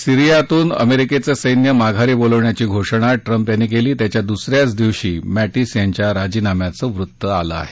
सिरियातून अमेरिकेचं सैन्य माघारी बोलावण्याची घोषणा ट्रम्प यांनी केली त्याच्या दुस याच दिवशी मॅटिस यांच्या राजिनाम्याचं वृत्त आलं आहे